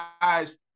guys